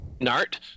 Nart